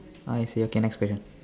I see okay next question